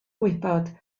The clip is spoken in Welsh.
gwybod